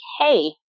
Hey